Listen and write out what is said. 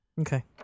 Okay